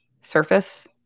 surface